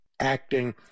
acting